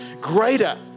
Greater